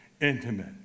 intimate